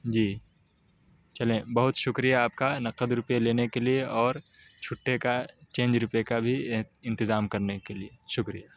جی چلیں بہت شکریہ آپ کا نقد روپئے لینے کے لیے اور چھٹے کا چینج روپئے کا بھی انتظام کرنے کے لیے شکریہ